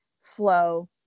flow